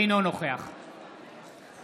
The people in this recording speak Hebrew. אינו נוכח רבותיי,